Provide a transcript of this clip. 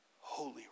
Holy